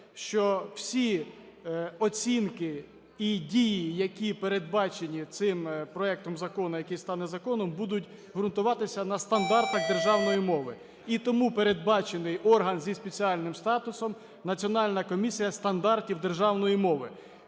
що всі оцінки і дії, які передбачені цим проектом закону, який стане законом, будуть ґрунтуватися на стандартах державної мови. І тому передбачений орган зі спеціальним статусом – Національна комісія стандартів державної мови,